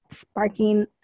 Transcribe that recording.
sparking